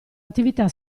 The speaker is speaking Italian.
attività